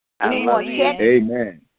Amen